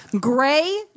Gray